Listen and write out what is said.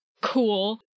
cool